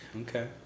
okay